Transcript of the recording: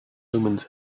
omens